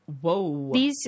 Whoa